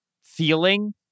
feeling